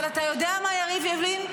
אבל אתה יודע מה, יריב לוין?